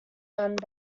done